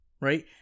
right